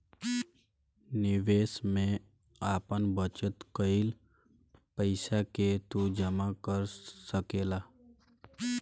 निवेश में आपन बचत कईल पईसा के तू जमा कर सकेला